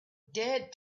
dared